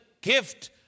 gift